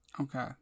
Okay